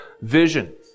vision